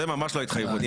זה ממש לא התחייבות.